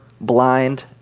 blind